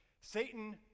Satan